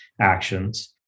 actions